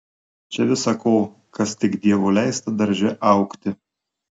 čia visa ko kas tik dievo leista darže augti